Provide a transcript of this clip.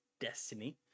Destiny